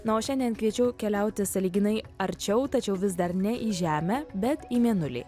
na o šiandien kviečiu keliauti sąlyginai arčiau tačiau vis dar ne į žemę bet į mėnulį